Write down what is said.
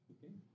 Okay